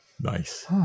Nice